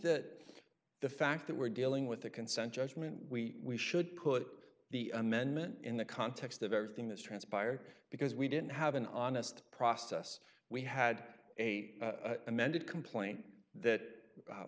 that the fact that we're dealing with a consent judgment we should put the amendment in the context of everything that's transpired because we didn't have an honest process we had a amended complaint that